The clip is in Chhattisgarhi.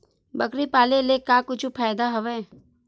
बकरी पाले ले का कुछु फ़ायदा हवय?